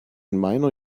meiner